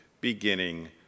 beginning